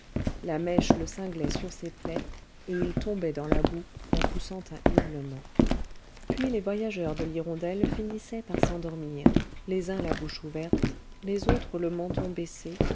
la mèche le cinglait sur ses plaies et il tombait dans la boue en poussant un hurlement puis les voyageurs de l'hirondelle finissaient par s'endormir les uns la bouche ouverte les autres le menton baissé